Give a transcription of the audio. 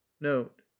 note